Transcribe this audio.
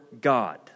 God